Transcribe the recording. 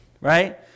right